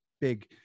big